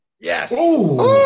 Yes